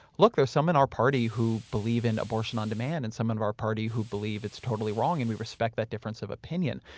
look, there's some in our party who believe in abortion on demand and some and in our party who believe it's totally wrong and we respect that difference of opinion.